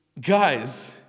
guys